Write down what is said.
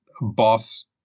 boss